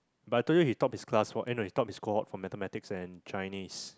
but I told you he top his class for ah no he top his cohort for Mathematics and Chinese